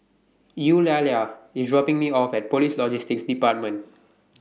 Eulalia IS dropping Me off At Police Logistics department